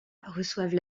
reçoivent